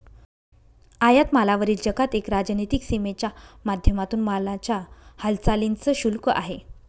आयात मालावरील जकात एक राजनीतिक सीमेच्या माध्यमातून मालाच्या हालचालींच शुल्क आहे